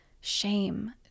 shame